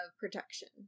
protection